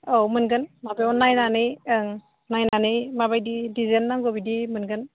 औ मोनगोन माबायाव नायनानै ओं नायनानै माबायदि दिजाइन नांगौ बिदि मोनगोन